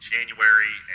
January